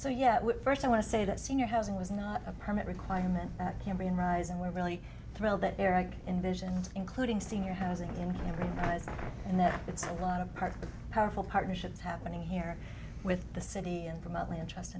so yeah first i want to say that senior housing was not a permit requirement that can be in rise and we're really thrilled that eric envisioned including senior housing and that it's a lot of hard powerful partnerships happening here with the city and from atlanta just